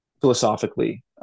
philosophically